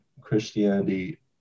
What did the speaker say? Christianity